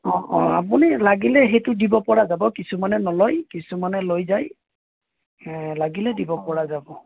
অঁ অঁ আপুনি লাগিলে সেইটো দিব পৰা যাব কিছুমানে নলয় কিছুমানে লৈ যায় লাগিলে দিব পৰা যাব